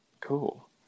Cool